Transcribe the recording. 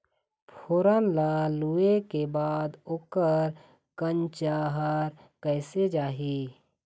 फोरन ला लुए के बाद ओकर कंनचा हर कैसे जाही?